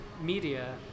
media